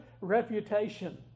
reputation